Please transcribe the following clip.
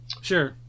sure